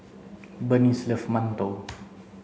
bernice loves mantou